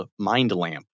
Mindlamp